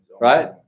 right